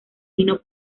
fino